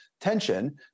tension